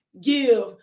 give